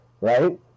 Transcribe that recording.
right